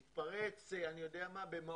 היא תתפרץ במעוז-ציון?